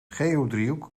geodriehoek